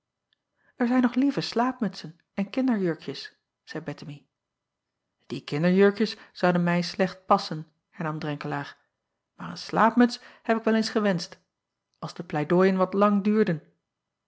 r zijn nog lieve slaapmutsen en kinderjurkjes zeî ettemie e kinderjurkjes zouden mij slecht passen hernam renkelaer maar een slaapmuts heb ik wel eens gewenscht als de pleidooien wat lang duurden